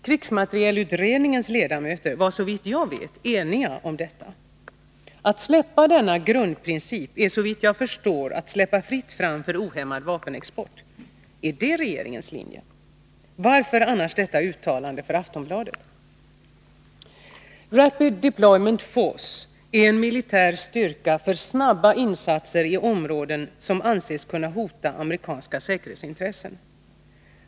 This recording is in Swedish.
Krigsmaterielutredningens ledamöter var såvitt jag vet eniga om detta. Att släppa denna grundprincip är, efter vad jag förstår, att ge fritt fram för ohämmad vapenexport. Är det regeringens linje? Varför annars detta uttalande för Aftonbladet? RDF är en militär styrka för snabba insatser i områden som anses kunna hota amerikanska säkerhetsintressen.